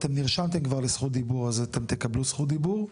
אתם נרשמתם לזכות דיבור אז אתם תקבלו זכות דיבור,